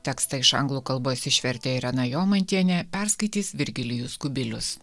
tekstą iš anglų kalbos išvertė irena jomantienė perskaitys virgilijus kubilius